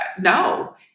no